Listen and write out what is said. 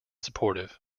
supportive